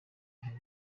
hari